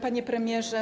Panie Premierze!